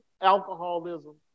alcoholism